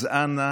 אז אנא,